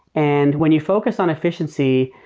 and when you focus on efficiency,